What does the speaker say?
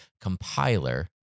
Compiler